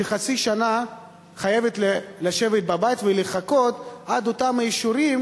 שחצי שנה חייבת לשבת בבית ולחכות לאותם אישורים